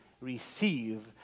receive